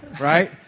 right